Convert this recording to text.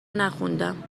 نخوندم